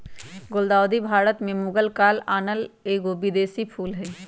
गुलदाऊदी भारत में मुगल काल आनल एगो विदेशी फूल हइ